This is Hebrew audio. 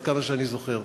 עד כמה שאני זוכר,